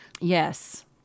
yes